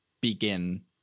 begin